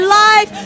life